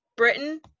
britain